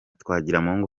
twagiramungu